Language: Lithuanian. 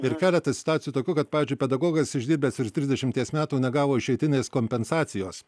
ir keletas situacijų tokių kad pavyzdžiui pedagogas išdirbęs trisdešimties metų negavo išeitinės kompensacijos